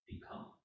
become